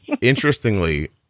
interestingly